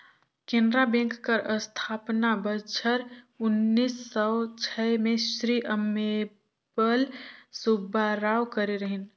Canara bank कर अस्थापना बछर उन्नीस सव छय में श्री अम्मेम्बल सुब्बाराव करे रहिन